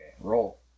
Roll